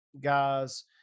guys